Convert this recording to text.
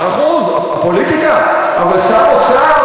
מאה אחוז, הפוליטיקה, אבל שר האוצר,